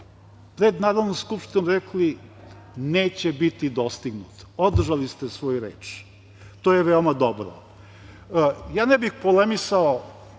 pred Narodnom skupštinom rekli - neće biti dostignut. Održali ste svoju reč, to je veoma dobro. Ja ne bih polemisao